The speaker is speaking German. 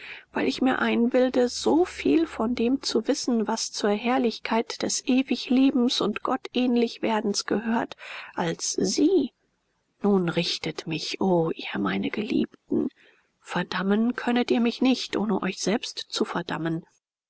weil ich mir einbilde so viel von dem zu wissen was zur herrlichkeit des ewiglebens und gottähnlichwerdens gehört als sie nun richtet mich o ihr meine geliebten verdammen könnet ihr mich nicht ohne euch selbst zu verdammen